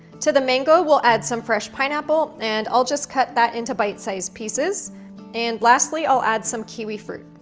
to the mango we'll add some fresh pineapple and i'll just cut that into bite-sized pieces and lastly i'll add some kiwi fruit.